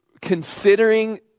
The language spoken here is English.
considering